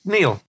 Neil